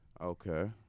okay